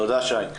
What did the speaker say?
תודה, שי.